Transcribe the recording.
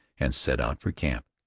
and set out for camp.